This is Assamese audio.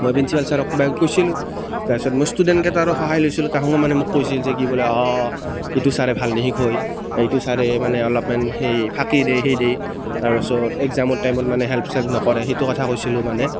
মই প্ৰিঞ্চিপাল ছাৰক যাই কিবা কিবি কৈছিলোঁ তাৰপাছত মোৰ ষ্টুডেণ্টকেইটাৰো সহায় লৈছিলোঁ তাহোঁনে মানে মোক কৈছিল যে কি বোলে অঁ এইটো ছাৰে ভাল নিশিকায় এইটো ছাৰে মানে অলপমান সেই ফালি দিয়ে সেই দিয়ে তাৰপাছত মানে একজামৰ টাইমত মানে হেল্প চেল্প নকৰে সেইটো কথা কৈছিলোঁ মানে